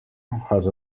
has